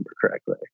correctly